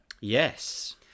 Yes